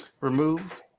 remove